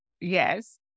Yes